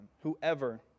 whoever